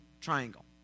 triangle